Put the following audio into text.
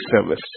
service